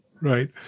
Right